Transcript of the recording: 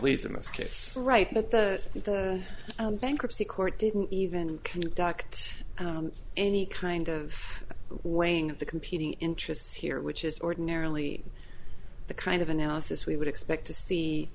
least in this case right but the bankruptcy court didn't even conduct any kind of weighing the competing interests here which is ordinarily the kind of analysis we would expect to see